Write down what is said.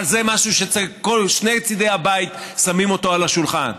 אבל זה משהו ששני צידי הבית שמים אותו על השולחן.